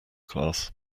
class